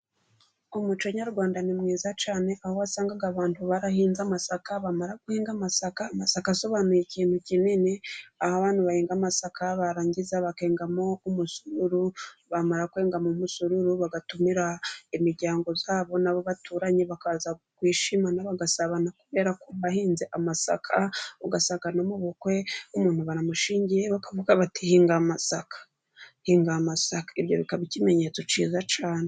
Umuco Nyarwanda ni mwiza cyane, aho usanga abantu barahinze amasaka bamara guhinga amasaka, amasaka asobanuye ikintu kinini. Aho abantu bahinga amasaka barangiza bakengamo umusururu, bamara kwenga umusururu bagatumira imiryango yabo, nabo baturanye bakaza kwishimana bagasabana, kubera ko bahinze amasaka . Ugasanga no mu bukwe nk'umuntu bamushyingiye bakavuga bati : "hinga amasaka hinga amasaka ". Ibyo bikaba ikimenyetso cyiza cyane.